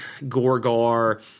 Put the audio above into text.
Gorgar